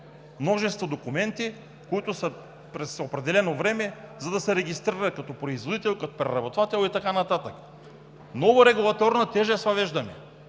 множество документи, които се представят през определено време, за да се регистрира като производител, като преработвател и така нататък. Много регулаторна тежест въвеждаме.